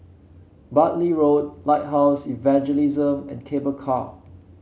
Bartley Road Lighthouse Evangelism and Cable Car